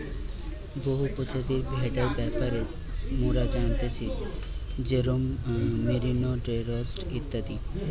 বহু প্রজাতির ভেড়ার ব্যাপারে মোরা জানতেছি যেরোম মেরিনো, ডোরসেট ইত্যাদি